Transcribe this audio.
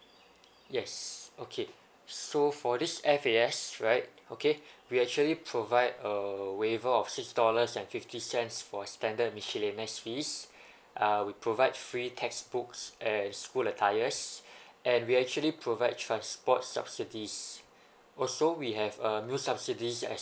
yes okay so for this F_A_S right okay we actually provide a waiver of six dollars and fifty cents for standard miscellaneous fees uh we provide free textbooks and school attires and we actually provide transport subsidies also we have a meal subsidies as